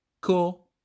cool